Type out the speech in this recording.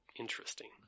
Interesting